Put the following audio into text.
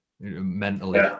mentally